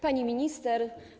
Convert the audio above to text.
Pani Minister!